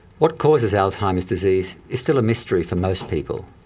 what causes alzheimer's disease is still a mystery for most people.